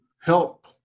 help